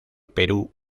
perú